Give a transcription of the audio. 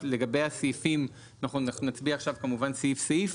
אנחנו נצביע עכשיו כמובן סעיף סעיף,